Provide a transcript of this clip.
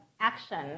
action